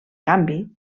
canvi